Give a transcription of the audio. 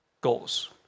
goals